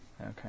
Okay